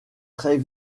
très